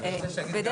יש לנו